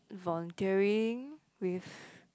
volunteering with